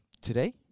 today